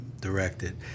directed